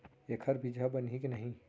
एखर बीजहा बनही के नहीं?